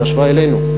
בהשוואה אלינו,